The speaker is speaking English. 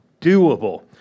doable